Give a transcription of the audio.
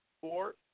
four